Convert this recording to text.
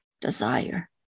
desire